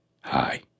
Hi